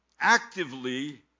actively